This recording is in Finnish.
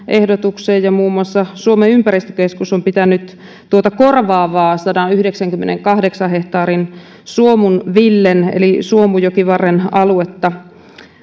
ehdotukseen ja muun muassa suomen ympäristökeskus on pitänyt tuota korvaavaa sadanyhdeksänkymmenenkahdeksan hehtaarin suomun villen eli suomujokivarren aluetta